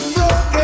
broken